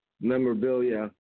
memorabilia